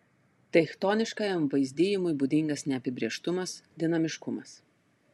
tai chtoniškajam vaizdijimui būdingas neapibrėžtumas dinamiškumas